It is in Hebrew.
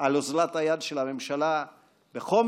על אוזלת היד של הממשלה בחומש,